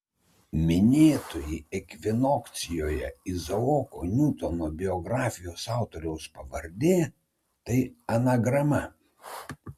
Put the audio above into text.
minėtoji ekvinokcijoje izaoko niutono biografijos autoriaus pavardė tai anagrama